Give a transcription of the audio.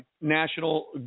National